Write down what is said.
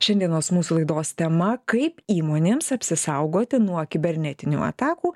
šiandienos mūsų laidos tema kaip įmonėms apsisaugoti nuo kibernetinių atakų